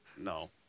No